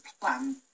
plan